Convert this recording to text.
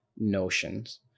notions